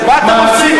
מה אתם עושים?